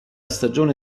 stagione